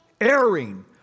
airing